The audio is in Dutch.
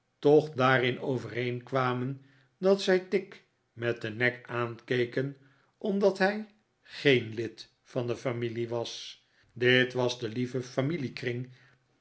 toch daarin overeenkwamen dat zij tigg met den nek aankeken omdat hij geen lid van de familie was dit was de lieve familiekring